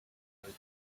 thing